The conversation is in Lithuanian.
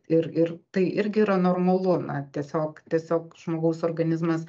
ir ir tai irgi yra normalu na tiesiog tiesiog žmogaus organizmas